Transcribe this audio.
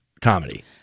comedy